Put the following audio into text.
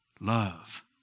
love